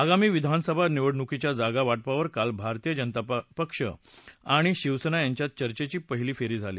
आगामी विधानसभा निवडणुकीच्या जागा वा पिवर काल भारतीय जनता पक्ष आणि शिवसेना यांच्यात चर्चेची पहिली फेरी झाली